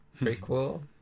prequel